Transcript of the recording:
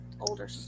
older